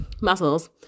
muscles